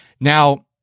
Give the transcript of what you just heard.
Now